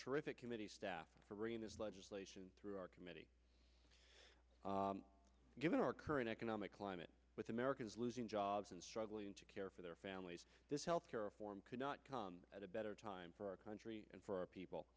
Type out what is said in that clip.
terrific committee arena's legislation through our committee given our current economic climate with americans losing jobs and struggling to care for their families this health care reform could not come at a better time for our country and for our people